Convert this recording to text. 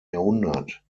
jahrhundert